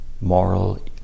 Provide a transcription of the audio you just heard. moral